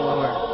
Lord